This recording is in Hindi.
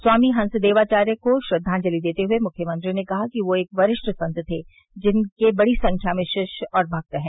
स्वामी हंसदेवाचार्य को श्रद्वांजलि देते हुये मुख्यमंत्री ने कहा कि वह एक वरिष्ठ संत थे जिनके बड़ी संख्या में शिष्य और भक्त हैं